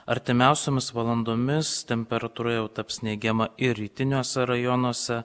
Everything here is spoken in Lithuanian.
artimiausiomis valandomis temperatūra jau taps neigiama ir rytiniuose rajonuose